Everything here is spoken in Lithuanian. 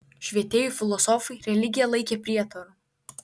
švietėjų filosofai religiją laikė prietaru